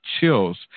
chills